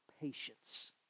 patience